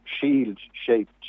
shield-shaped